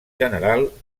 general